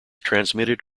transmitted